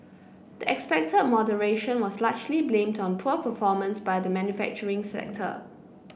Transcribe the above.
the expected moderation was largely blamed on poor performance by the manufacturing sector